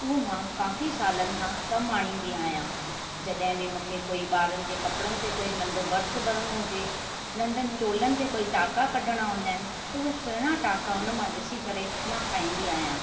उहो मां काफ़ी सालनि खां कमु आणींदी आहियां जॾहिं बि मूंखे कोई ॿारनि जे कपिड़नि ते कोई नंढो भर्थ भरिणो हुजे नंढनि चोलनि ते कोई टांका कढिणा हूंदा आहिनि त उहे सुहिणा टांका हुन मां ॾिसी करे मां ठाहींदी आहियां